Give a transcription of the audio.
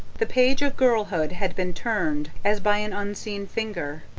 the page of girlhood had been turned, as by an unseen finger,